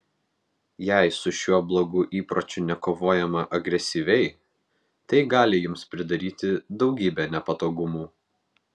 jei su šiuo blogu įpročiu nekovojama agresyviai tai gali jums pridaryti daugybę nepatogumų